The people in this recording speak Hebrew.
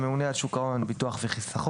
הממונה על שוק ההון ביטוח וחיסכון;